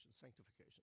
sanctification